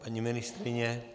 Paní ministryně?